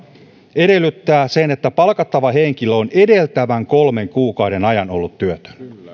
edellyttää sen että palkattava henkilö on edeltävän kolmen kuukauden ajan ollut työtön